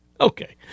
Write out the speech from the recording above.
Okay